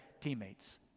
teammates